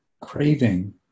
craving